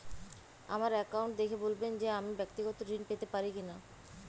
আমার অ্যাকাউন্ট দেখে বলবেন যে আমি ব্যাক্তিগত ঋণ পেতে পারি কি না?